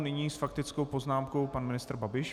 Nyní s faktickou poznámkou pan ministr Babiš.